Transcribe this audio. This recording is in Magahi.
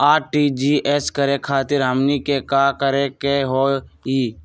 आर.टी.जी.एस करे खातीर हमनी के का करे के हो ई?